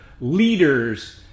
leaders